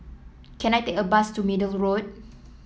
can I take a bus to Middle Road